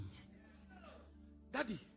Daddy